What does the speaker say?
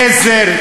גזר,